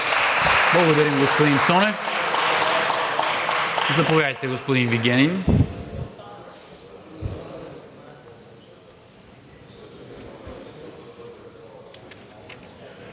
Благодаря, господин Цонев. Заповядайте, господин Вигенин.